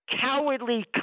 cowardly